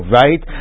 right